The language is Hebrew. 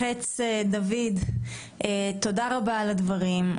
חץ דוד, תודה רבה על הדברים.